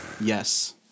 Yes